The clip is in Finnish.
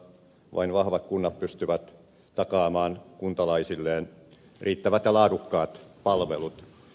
vain vahvat kunnat pystyvät takaamaan kuntalaisilleen riittävät ja laadukkaat palvelut